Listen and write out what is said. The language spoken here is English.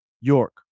York